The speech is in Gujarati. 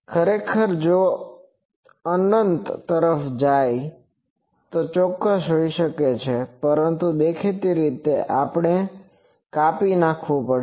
ખરેખર જો તે અનંત તરફ જાય છે તો આ ચોક્કસ હોઈ શકે છે પરંતુ દેખીતી રીતે આપણે કાપી નાખવું પડશે